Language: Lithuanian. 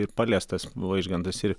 ir paliestas vaižgantas ir